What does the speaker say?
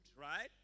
right